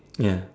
ya